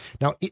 Now